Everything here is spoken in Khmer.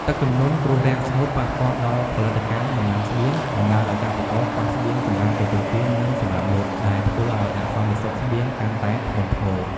ទឹកជំនន់ គ្រោះរាំងស្ងួត ប៉ះពាល់ដល់ផលិតកម្មដំណាំស្បៀង បណ្តាលឱ្យកសិករខ្វះស្បៀងសម្រាប់ទទួលទាន និងសម្រាប់លក់ ដែលធ្វើឱ្យអសន្តិសុខស្បៀងកាន់តែធ្ងន់ធ្ងរ។